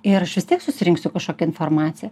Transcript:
ir aš vis tiek susirinksiu kažkokią informaciją